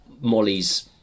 Molly's